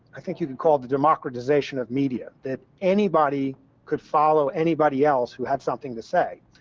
i think you can call the democratization of media, that anybody could follow anybody else, who had something to say.